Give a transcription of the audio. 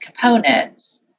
components